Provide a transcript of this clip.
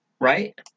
right